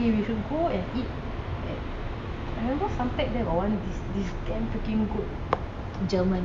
eh we should go and eat at I remember suntec there got one this damn freaking good german